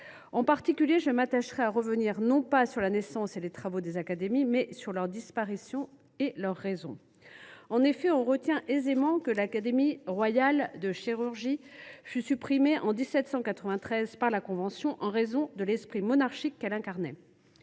En particulier, je m’attacherai à revenir non pas sur la naissance et les travaux des académies, mais sur leurs disparitions et leurs raisons. En effet, on retient aisément que l’Académie royale de chirurgie fut supprimée en 1793 par la Convention, en raison de l’esprit monarchique qu’elle incarnait.